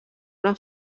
una